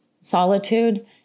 solitude